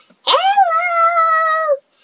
Hello